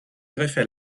greffer